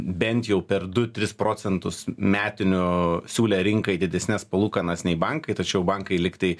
bent jau per du tris procentus metinių siūlė rinkai didesnes palūkanas nei bankai tačiau bankai lyg tai